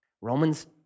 Romans